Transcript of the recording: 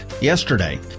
yesterday